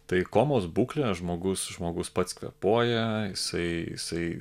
tai komos būklė žmogus žmogus pats kvėpuoja jisai jisai